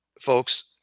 Folks